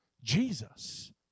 Jesus